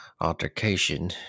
altercation